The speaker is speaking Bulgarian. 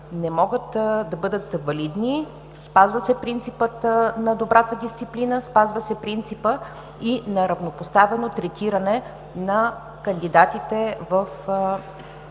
не могат да бъдат валидни. Спазва се принципът на добрата дисциплина, спазва се принципът и на равнопоставено третиране на кандидатите в